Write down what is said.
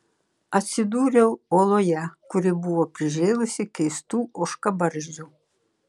atsidūriau oloje kuri buvo prižėlusi keistų ožkabarzdžių